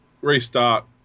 restart